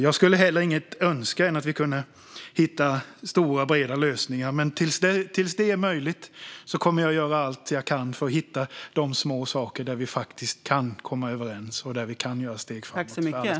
Jag skulle inget hellre önska än att vi skulle kunna hitta stora, breda lösningar. Men tills det är möjligt kommer jag att göra allt jag kan för att hitta de små saker där vi faktiskt kan komma överens och ta steg framåt för allas bästa.